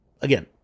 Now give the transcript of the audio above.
Again